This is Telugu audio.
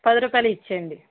పది రూపాయలవి ఇచ్చేయండి